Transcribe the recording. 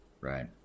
right